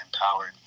empowered